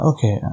Okay